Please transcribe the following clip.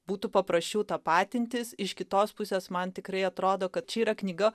būtų paprasčiau tapatintis iš kitos pusės man tikrai atrodo kad čia yra knyga